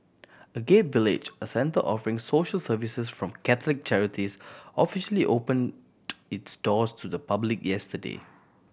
Agape Village a centre offering social services from Catholic charities officially opened its doors to the public yesterday